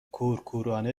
کورکورانه